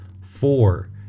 four